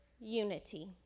unity